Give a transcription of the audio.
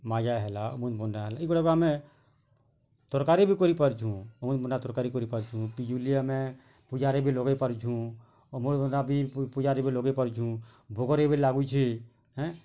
ମାଜା ହେଲା ଅମୃତ୍ଭଣ୍ଡା ହେଲା ଏଗୁଡ଼ାକୁ ଆମେ ତରକାରୀ ବି କରି ପାରୁଛୁଁ ଅମୃତ୍ଭଣ୍ଡା ତରକାରୀ କରି ପାରୁଛୁଁ ପିଜୁଳି ଆମେ ପୂଜାରେ ବି ଲଗେଇପାରୁଛୁଁ ଅମୃତ୍ଭଣ୍ଡା ବି ପୂଜାରେ ବି ଲଗେଇପାରୁଛୁଁ ଭୋଗରେ ବି ଲାଗୁଛି ଏଁ